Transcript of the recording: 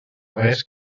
res